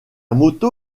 moto